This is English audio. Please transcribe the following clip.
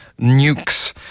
nukes